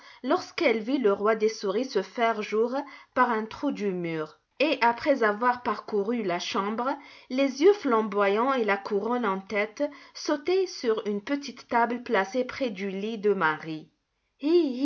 lorsqu'elle vit le roi des souris se faire jour par un trou du mur et après avoir parcouru la chambre les yeux flamboyants et la couronne en tête sauter sur une petite table placée près du lit de marie